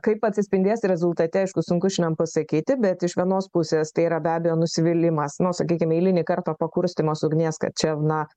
kaip atsispindės rezultate aišku sunku šiandien pasakyti bet iš vienos pusės tai yra be abejo nusivylimas nu sakykim eilinį kartą pakurstymas ugnies kad čia na